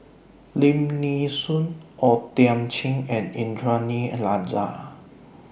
Lim Nee Soon O Thiam Chin and Indranee Rajah